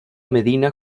medina